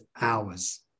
hours